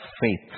faith